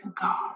God